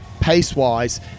pace-wise